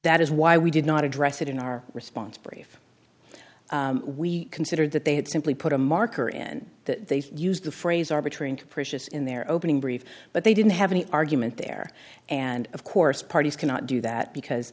that is why we did not address it in our response brief we considered that they had simply put a marker in that they used the phrase arbitrary and capricious in their opening brief but they didn't have any argument there and of course parties cannot do that because